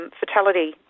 fatality